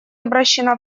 обращена